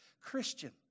Christian